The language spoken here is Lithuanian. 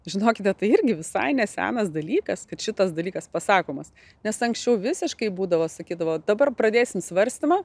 žinokite tai irgi visai nesenas dalykas kad šitas dalykas pasakomas nes anksčiau visiškai būdavo sakydavo dabar pradėsim svarstymą